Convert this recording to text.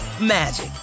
magic